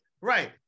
Right